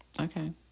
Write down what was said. okay